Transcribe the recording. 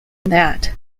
that